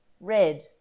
red